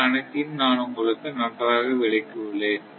மற்ற அனைத்தையும் நான் உங்களுக்கு நன்றாக விளக்கி உள்ளேன்